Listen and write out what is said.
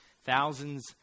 Thousands